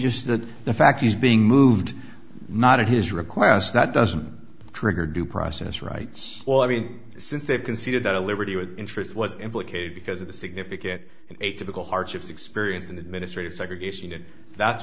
just that the fact he's being moved not at his request that doesn't trigger due process rights well i mean since they've conceded that a liberty with interest was implicated because of the significant atypical hardships experienced in administrative segregation and that's